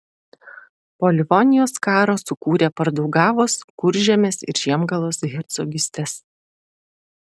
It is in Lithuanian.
po livonijos karo sukūrė pardaugavos kuržemės ir žiemgalos hercogystes